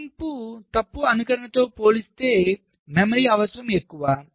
తగ్గింపు తప్పు అనుకరణతో పోలిస్తే మెమరీ అవసరం ఎక్కువ